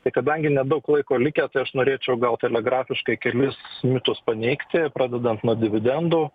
tai kadangi nedaug laiko likę kai aš norėčiau gal telegrafiškai kelis mitus paneigti pradedant nuo dividendų